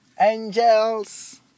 Angels